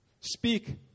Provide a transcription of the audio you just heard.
Speak